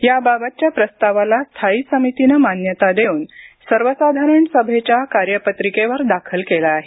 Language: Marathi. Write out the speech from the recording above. याबाबतच्या प्रस्तावाला स्थायी समितीने मान्यता देऊन सवेसाधारण सभेच्या कार्यपत्रिकेवर दाखल आहे